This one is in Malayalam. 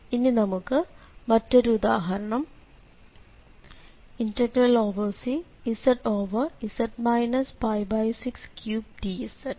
ഇനി നമുക്കുള്ള മറ്റൊരു ഉദാഹരണം Cz z 63dz